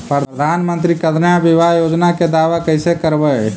प्रधानमंत्री कन्या बिबाह योजना के दाबा कैसे करबै?